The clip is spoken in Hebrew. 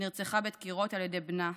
נרצחה בדקירות על ידי בנה,